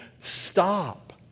stop